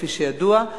כפי שידוע,